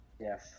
Yes